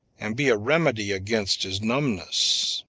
and be a remedy against his numbness.